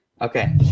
Okay